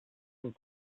sind